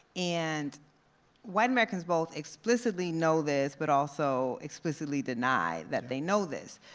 and white americans both explicitly know this, but also explicitly deny that they know this.